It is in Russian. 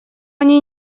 они